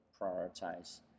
prioritize